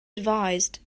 advised